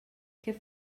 què